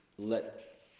let